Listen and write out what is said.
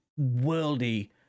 worldy